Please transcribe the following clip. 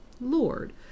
Lord